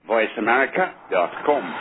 VoiceAmerica.com